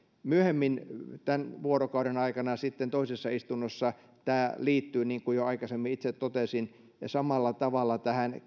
myöhemmin tämän vuorokauden aikana sitten toisessa istunnossa tämä liittyy niin kuin jo aikaisemmin itse totesin samalla tavalla tähän